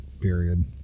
period